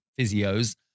physios